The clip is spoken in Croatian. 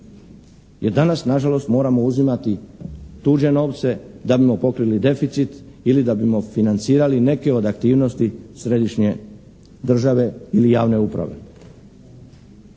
jer danas na žalost moramo uzimati tuđe novce da bimo pokrili deficit ili da bimo financirali neke od aktivnosti središnje države ili javne uprave.